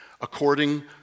according